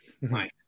Nice